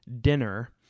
dinner